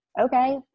okay